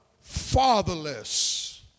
Fatherless